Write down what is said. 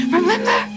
remember